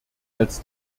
als